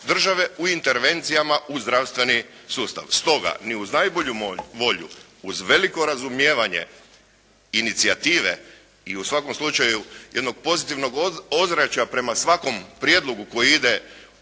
države u intervencijama u zdravstveni sustav. Stoga ni uz najbolju volju, uz veliko razumijevanje inicijative i u svakom slučaju jednog pozitivnog ozračja prema svakom prijedlogu koji ide u